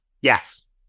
Yes